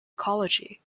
ecology